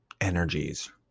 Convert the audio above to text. energies